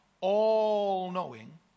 all-knowing